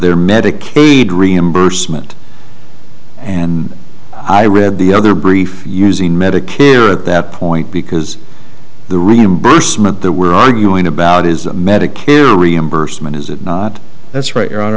their medicaid reimbursement and i read the other brief using medicare at that point because the reimbursement that we're arguing about is medicare reimbursement is it not that's right